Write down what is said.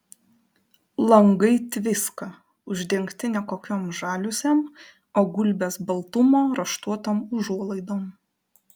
langai tviska uždengti ne kokiom žaliuzėm o gulbės baltumo raštuotom užuolaidom